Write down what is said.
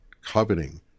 coveting